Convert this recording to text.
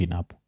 up